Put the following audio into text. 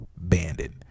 bandit